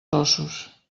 ossos